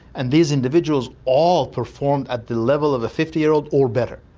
and these individuals all performed at the level of a fifty year old or better.